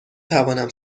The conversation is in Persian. توانم